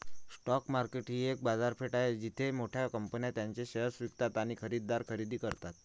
stock market ही एक बाजारपेठ आहे जिथे मोठ्या कंपन्या त्यांचे शेअर्स विकतात आणि खरेदीदार खरेदी करतात